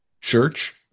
church